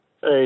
Hey